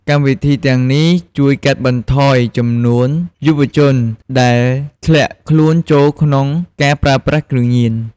កម្មវិធីទាំងនេះអាចជួយកាត់បន្ថយចំនួនយុវជន ដែលធ្លាក់ខ្លួនចូលក្នុងការប្រើប្រាស់គ្រឿងញៀន។